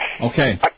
Okay